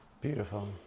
Beautiful